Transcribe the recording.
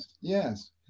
yes